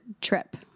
trip